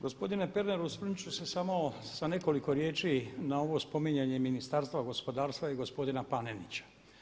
Gospodine Pernar, osvrnut ću se samo sa nekoliko riječi na ovo spominjanje Ministarstva gospodarstva i gospodina Panenića.